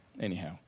anyhow